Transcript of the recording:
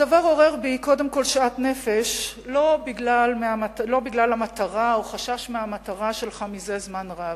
הדבר עורר בי שאט-נפש לא בגלל המטרה או חשש מהמטרה שלך זה זמן רב.